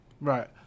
Right